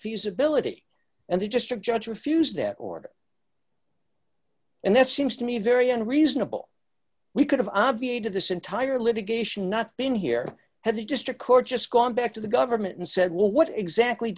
feasibility and the gist of judge refused that order and that seems to me very unreasonable we could have obviated this entire litigation not been here had the district court just gone back to the government and said well what exactly